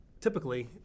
typically